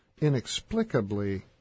inexplicably